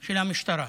של המשטרה.